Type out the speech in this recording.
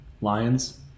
Lions